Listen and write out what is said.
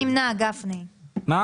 יוני, תגיד לו מה